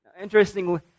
Interestingly